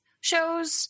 shows